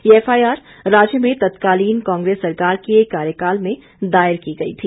ये एफआईआर राज्य में तत्तकालीन कांग्रेस सरकार के कार्यकाल में दायर की गई थी